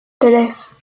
tres